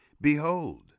Behold